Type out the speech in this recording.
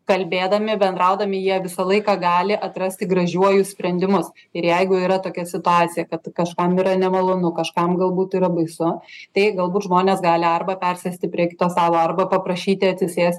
kalbėdami bendraudami jie visą laiką gali atrasti gražiuoju sprendimus ir jeigu yra tokia situacija kad kažkam yra nemalonu kažkam galbūt yra baisu tai galbūt žmonės gali arba persėsti prie kito stalo arba paprašyti atsisėsti